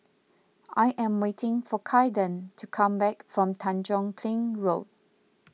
I am waiting for Kaiden to come back from Tanjong Kling Road